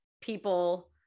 people